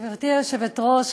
גברתי היושבת-ראש,